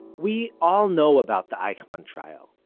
we all know about the eichmann trial.